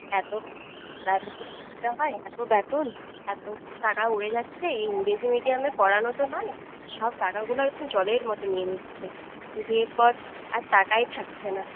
এত এত কিছু দিতে হয় এত বেতন এত টাকা উড়ে যাচ্ছে এই ইংরেজি মিডিয়ামে পড়ানো তো নয় সব টাকাগুলো একদম জলের মতো নিয়ে নিচ্ছে দিয়ে পর আর টাকাই থাকছে না